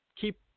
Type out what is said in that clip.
keep